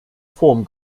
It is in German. form